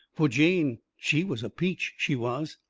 fur jane, she was a peach, she was.